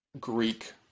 greek